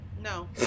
no